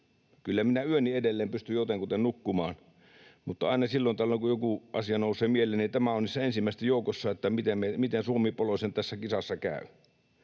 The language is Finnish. Kyllä minä yöni edelleen pystyn jotenkuten nukkumaan, mutta aina silloin tällöin, kun joku asia nousee mieleeni... Ja tämä on ensimmäisten joukossa, miten Suomi-poloisen tässä kisassa käy.